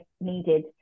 needed